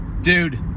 Dude